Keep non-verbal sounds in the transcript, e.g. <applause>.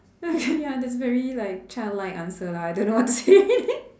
uh <breath> ya that's very like childlike answer lah I don't know what to say <laughs>